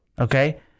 okay